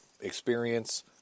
experience